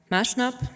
Másnap